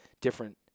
different